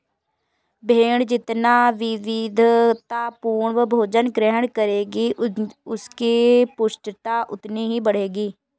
भेंड़ जितना विविधतापूर्ण भोजन ग्रहण करेगी, उसकी पुष्टता उतनी ही बढ़ेगी